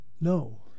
No